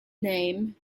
name